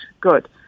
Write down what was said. good